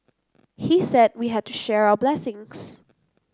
he said we had to share our blessings